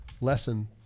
lesson